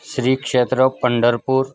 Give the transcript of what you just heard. श्री क्षेत्र पंढरपूर